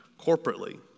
corporately